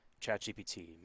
ChatGPT